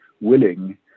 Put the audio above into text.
willing